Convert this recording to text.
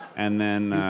and then